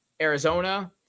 Arizona